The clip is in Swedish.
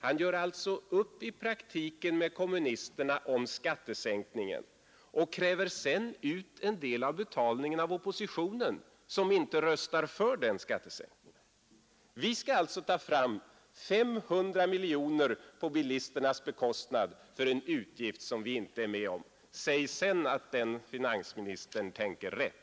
Han gör i praktiken upp med kommunisterna om skattesänkningen och kräver sedan ut en del av betalningen av oppositionen, som inte röstar för den skatteomläggningen. Vi skall alltså ta fram 500 miljoner kronor på bilisternas bekostnad för en utgift som vi inte är med om. Säg sedan att den finansministern tänker rätt!